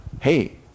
Hey